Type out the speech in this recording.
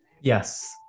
Yes